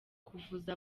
kuvuza